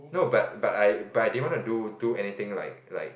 no but but I but I didn't wanna do do anything like like